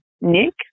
Nick